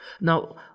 now